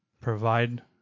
provide